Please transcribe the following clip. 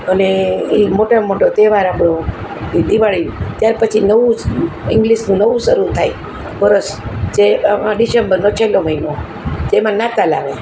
અને એ મોટામાં મોટો તહેવાર આપળો એ દિવાળી ત્યાર પછી નવું જ ઇંગ્લિશનું નવું શરૂ થાય વર્ષ જે ડિસેમ્બરનો છેલ્લો મહિનો જેમાં નાતાલ આવે